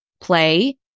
play